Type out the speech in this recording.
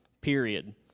period